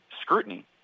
scrutiny